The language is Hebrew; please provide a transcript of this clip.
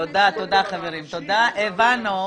תודה, חברים, הבנו.